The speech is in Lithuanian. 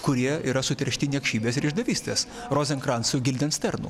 kurie yra suteršti niekšybės ir išdavystės rozenkrancu gildensternu